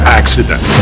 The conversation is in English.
accident